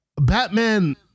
Batman